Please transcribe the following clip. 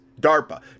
DARPA